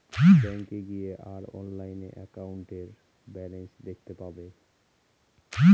ব্যাঙ্কে গিয়ে আর অনলাইনে একাউন্টের ব্যালান্স দেখতে পাবো